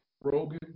Rogan